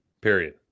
period